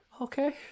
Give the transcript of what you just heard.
okay